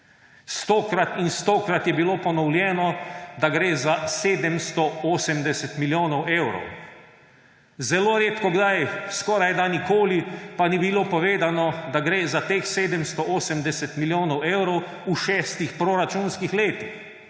Stokrat in stokrat je bilo ponovljeno, da gre za 780 milijonov evrov, zelo redkokdaj, skorajda nikoli pa ni bilo povedano, da gre za teh 780 milijonov evrov v šestih proračunskih letih.